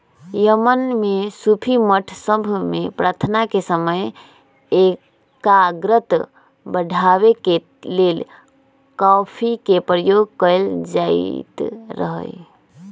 Yemen में सूफी मठ सभ में प्रार्थना के समय एकाग्रता बढ़ाबे के लेल कॉफी के प्रयोग कएल जाइत रहै